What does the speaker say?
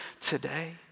today